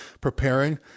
preparing